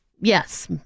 Yes